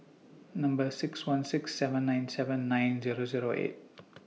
six one six seven nine seven nine Zero Zero eight